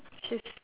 she's